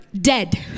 dead